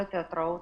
כל התיאטראות,